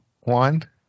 one